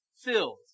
filled